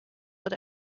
but